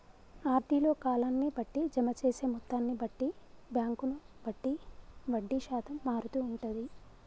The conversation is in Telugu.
ఆర్డీ లో కాలాన్ని బట్టి, జమ చేసే మొత్తాన్ని బట్టి, బ్యాంకును బట్టి వడ్డీ శాతం మారుతూ ఉంటది